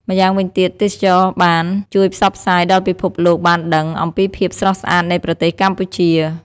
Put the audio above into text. ម្យ៉ាងវិញទៀត ទេសចរណ៍បាន ជួយផ្សព្វផ្សាយដល់ពិភពលោកបានដឹង អំពីភាពស្រស់ស្អាតនៃប្រទេសកម្ពុជា។